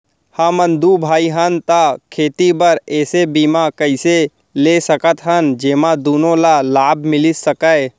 हमन दू भाई हन ता खेती बर ऐसे बीमा कइसे ले सकत हन जेमा दूनो ला लाभ मिलिस सकए?